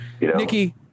Nikki